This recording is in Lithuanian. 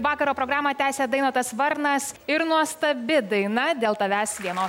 vakaro programą tęsia dainotas varnas ir nuostabi daina dėl tavęs vienos